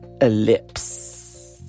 Ellipse